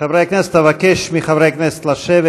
חברי הכנסת, אבקש מחברי הכנסת לשבת.